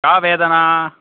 का वेदना